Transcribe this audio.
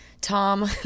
Tom